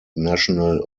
national